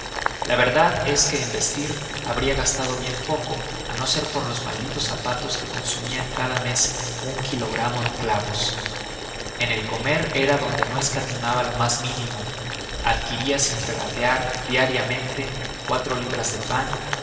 la verdad es que en vestir habría gastado bien poco a no ser por los malditos zapatos que consumían cada mes un kilogramo de clavos en el comer era donde no escatimaba lo más mínimo adquiría sin regatear diariamente cuatro libras de pan